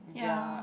ya